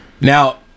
Now